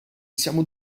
siamo